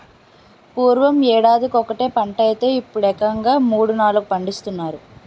పూర్వం యేడాదికొకటే పంటైతే యిప్పుడేకంగా మూడూ, నాలుగూ పండిస్తున్నారు